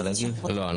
לא,